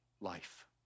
life